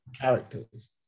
characters